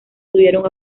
tuvieron